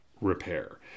repair